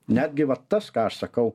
netgi va tas ką aš sakau